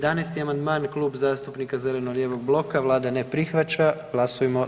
11. amandman je Klub zastupnika zeleno-lijevog bloka vlada ne prihvaća, glasujmo.